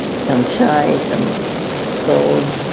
some shy, some bone.